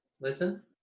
listen